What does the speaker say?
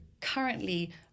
currently